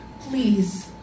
please